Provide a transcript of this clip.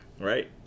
right